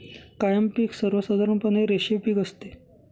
कायम पिक सर्वसाधारणपणे रेषीय पिक असते